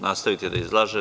Nastavite da izlažete.